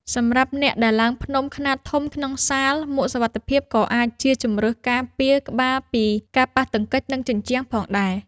សម្រាប់អ្នកដែលឡើងភ្នំខ្នាតធំក្នុងសាល មួកសុវត្ថិភាព ក៏អាចជាជម្រើសការពារក្បាលពីការប៉ះទង្គិចនឹងជញ្ជាំងផងដែរ។